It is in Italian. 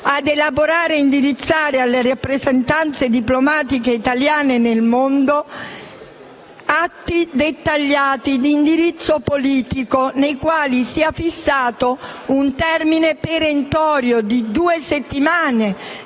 ad elaborare e indirizzare alle rappresentanze diplomatiche italiane nel mondo atti dettagliati di indirizzo politico, nei quali sia fissato un termine perentorio di due settimane,